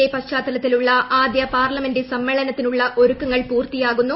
കോവിഡിന്റെ പശ്ചാത്തലത്തിലുള്ള ആദ്യ പാർലമെന്റ് സമ്മേളനത്തിനുള്ള ഒരുക്കങ്ങൾ പൂർത്തിയാകുന്നു